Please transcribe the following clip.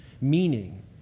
meaning